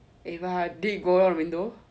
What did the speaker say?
eva did it go out your window